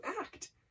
act